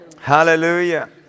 Hallelujah